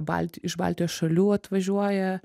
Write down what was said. balti iš baltijos šalių atvažiuoja